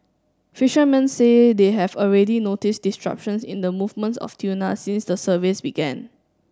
fishermen say they have already noticed disruptions in the movements of tuna since the surveys began